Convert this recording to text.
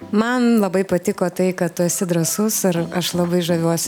man labai patiko tai kad tu esi drąsus ir aš labai žaviuosi